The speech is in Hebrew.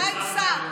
הוא עדיין שר.